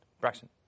Braxton